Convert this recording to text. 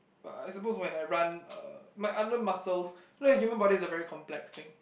uh I suppose when I run uh my other muscles you know the human body is a very complex thing